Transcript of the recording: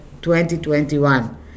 2021